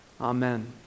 Amen